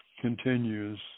continues